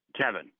Kevin